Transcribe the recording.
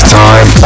time